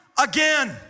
again